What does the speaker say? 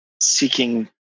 seeking